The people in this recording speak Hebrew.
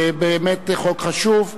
באמת חוק חשוב.